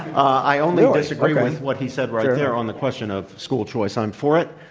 i only disagree with what he said right there on the question of school choice. i'm for it,